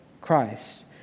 Christ